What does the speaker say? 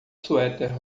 suéter